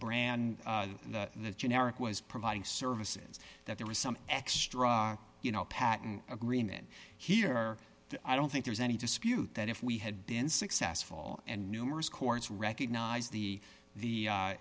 d the generic was providing services that there was some extra you know patent agreement here i don't think there's any dispute that if we had been successful and numerous courts recognize the the